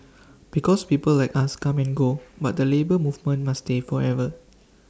because people like us come and go but the Labour Movement must stay forever